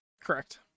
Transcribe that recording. Correct